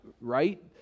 Right